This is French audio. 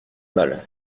mal